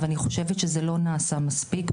ואני חושבת שזה לא נעשה מספיק.